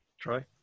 Troy